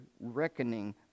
reckoning